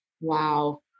Wow